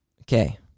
Okay